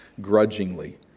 grudgingly